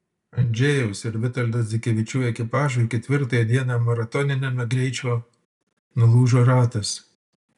andžejaus ir vitoldo dzikevičių ekipažui ketvirtąją dieną maratoniniame greičio nulūžo ratas